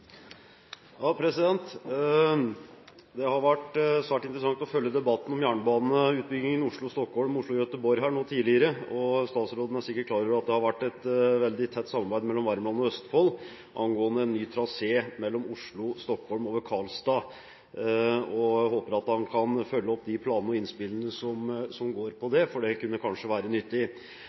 Det har vært svært interessant å følge debatten om jernbaneutbyggingen Oslo–Stockholm og Oslo–Göteborg her nå tidligere, og statsråden er sikkert klar over at det har vært et veldig tett samarbeid mellom Värmland og Østfold angående ny trasé Oslo–Stockholm over Karlstad. Jeg håper at han kan følge opp de planene og innspillene som går på det, for det kunne kanskje være nyttig.